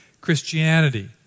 Christianity